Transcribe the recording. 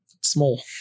Small